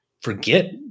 forget